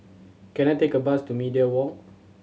can I take a bus to Media Walk